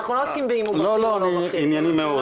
לא, ענייני מאוד.